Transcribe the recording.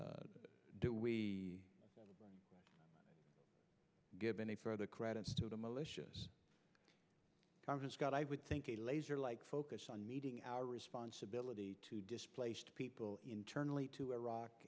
do we give any further credits to the malicious congress god i would think a laser like focus on meeting our responsibility to displaced people internally to iraq